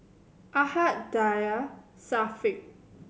Ahad Dhia and Syafiq